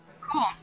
cool